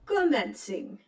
Commencing